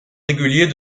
réguliers